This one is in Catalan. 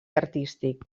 artístic